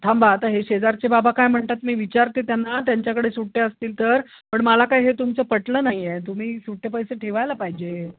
थांबा आता हे शेजारचे बाबा काय म्हणतात मी विचारते त्यांना त्यांच्याकडे सुटे असतील तर पण मला काय हे तुमचं पटलं नाही आहे तुम्ही सुटे पैसे ठेवायला पाहिजे